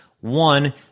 one